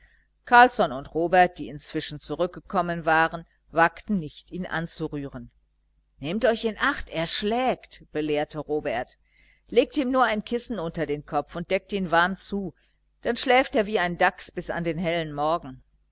carlsson und robert die inzwischen zurückgekommen waren wagten nicht ihn anzurühren nehmt euch in acht er schlägt belehrte robert legt ihm nur ein kissen unter den kopf und deckt ihn warm zu dann schläft er wie ein dachs bis an den hellen morgen